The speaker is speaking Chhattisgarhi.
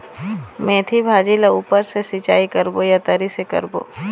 मेंथी भाजी ला ऊपर से सिचाई करबो या तरी से करबो?